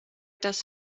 das